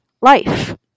life